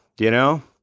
you know?